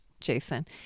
Jason